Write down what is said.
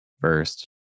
first